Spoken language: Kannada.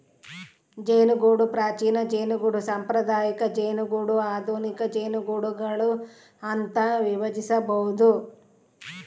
ಜೇನುಗೂಡು ಪ್ರಾಚೀನ ಜೇನುಗೂಡು ಸಾಂಪ್ರದಾಯಿಕ ಜೇನುಗೂಡು ಆಧುನಿಕ ಜೇನುಗೂಡುಗಳು ಅಂತ ವಿಭಜಿಸ್ಬೋದು